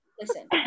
Listen